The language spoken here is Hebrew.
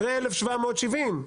פרה 1770,